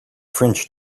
french